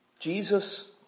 Jesus